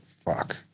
Fuck